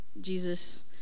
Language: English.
Jesus